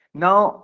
now